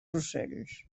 ocells